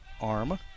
arm